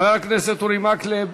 חבר הכנסת אורי מקלב.